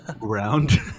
round